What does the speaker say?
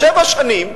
שבע שנים,